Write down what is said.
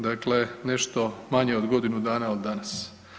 Dakle, nešto manje od godinu dana od danas.